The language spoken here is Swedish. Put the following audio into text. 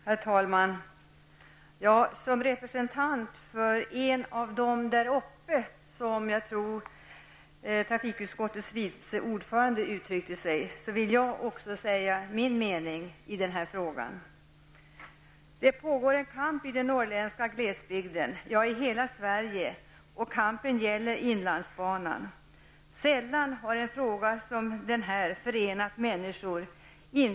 Herr talman! Som representant för en av dem där uppe, som jag tror att trafikutskottets vice ordförande uttryckte sig, vill jag också säga min mening i den här frågan. Det pågår en kamp i den norrländska glesbygden, ja, i hela Sverige, och kampen gäller inlandsbanan. Sällan har en fråga förenat människor som denna.